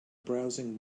browsing